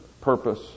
purpose